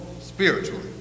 spiritually